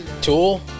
Tool